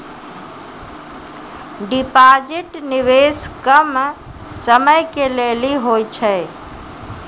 Deposit निवेश कम समय के लेली होय छै?